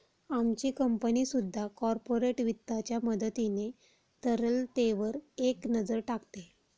आमची कंपनी सुद्धा कॉर्पोरेट वित्ताच्या मदतीने तरलतेवर एक नजर टाकते